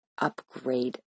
upgrade